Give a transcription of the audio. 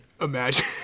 imagine